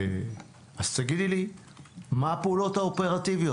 אז תגידי לי מה הפעולות האופרטיביות.